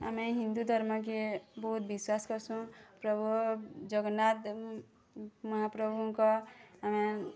ଆମେ ହିନ୍ଦୁ ଧର୍ମକେ ବହୁତ୍ ବିଶ୍ୱାସ କରୁସୁଁ ପ୍ରଭୁ ଜଗନ୍ନାଥ ମହାପ୍ରଭୁଙ୍କ ଆମେ